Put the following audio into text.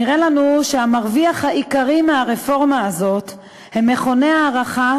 נראה לנו שהמרוויחים העיקריים מהרפורמה הזאת הם מכוני ההערכה